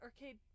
arcade